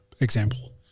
example